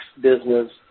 business